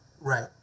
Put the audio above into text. Right